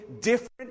different